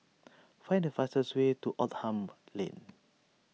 find the fastest way to Oldham Lane